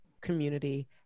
community